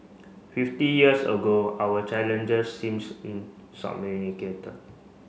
fifty years ago our challenges seems